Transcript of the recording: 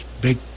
big